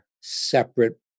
separate